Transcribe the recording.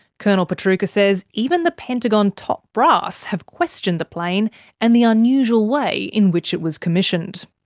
colonel pietrucha says even the pentagon top brass have questioned the plane and the unusual way in which it was commissioned.